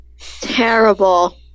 Terrible